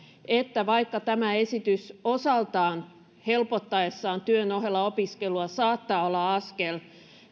että vaikka tämä esitys helpottaessaan työn ohella opiskelua saattaa osaltaan olla askel